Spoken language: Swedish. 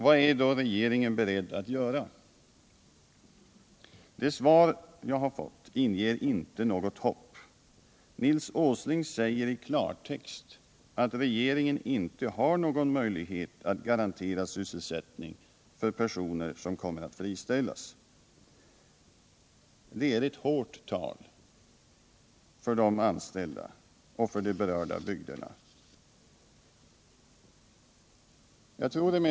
Vad är då regeringen beredd att göra? Det svar jag fått inger inte något hopp om att regeringen är beredd att göra någonting. Nils Åsling säper i klartext att regeringen inte har någon möjlighet att garantera sysselsättning för de personer som kommer att friställas. För de anställda och för de berörda bygderna är detta ett ”hårt tal”.